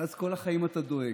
ואז כל החיים אתה דואג.